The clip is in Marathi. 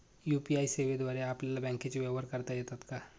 यू.पी.आय सेवेद्वारे आपल्याला बँकचे व्यवहार करता येतात का?